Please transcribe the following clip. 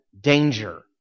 danger